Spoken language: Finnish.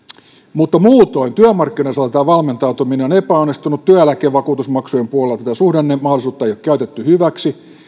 mutta muutoin työmarkkinoiden osalta tämä valmentautuminen on epäonnistunut työeläkevakuutusmaksujen puolelta tätä suhdannemahdollisuutta ei ole käytetty hyväksi